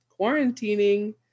quarantining